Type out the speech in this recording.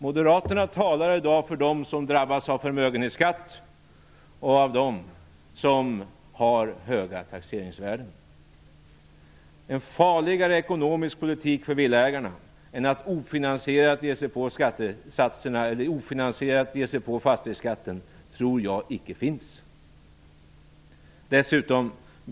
Moderaterna talar för dem som drabbas av förmögenhetsskatt och dem som har höga taxeringsvärden. En farligare ekonomisk politik än att ofinansierat ge sig på fastighetsskatten tror jag inte finns för villaägarna.